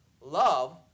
love